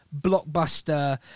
blockbuster